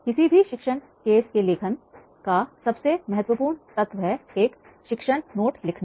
किसी भी शिक्षण केस के लेखन का सबसे महत्वपूर्ण तत्व है एक शिक्षण नोट लिखना